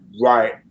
right